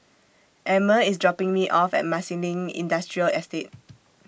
Emmer IS dropping Me off At Marsiling Industrial Estate